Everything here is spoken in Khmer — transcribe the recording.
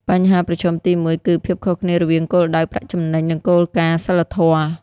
បញ្ហាប្រឈមទីមួយគឺ ភាពខុសគ្នារវាងគោលដៅប្រាក់ចំណេញ និងគោលការណ៍សីលធម៌។